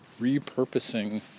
Repurposing